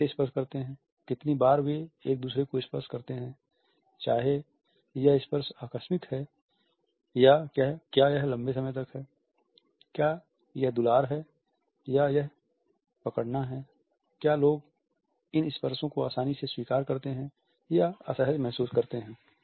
लोग कैसे स्पर्श करते हैं कितनी बार वे एक दूसरे को स्पर्श करते हैं चाहे यह स्पर्श आकस्मिक है या क्या यह लंबे समय तक है क्या यह दुलार है या यह पकड़ना है क्या लोग इन स्पर्शों को आसानी से स्वीकार करते हैं या असहज महसूस करते हैं